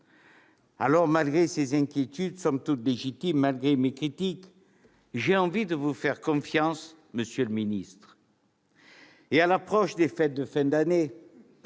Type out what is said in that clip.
Malgré ces inquiétudes, somme toute légitimes, et malgré mes critiques, j'ai envie de vous faire confiance, monsieur le ministre. À l'approche des fêtes de fin d'année,